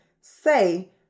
say